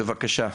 בבקשה.